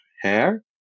hair